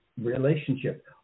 relationship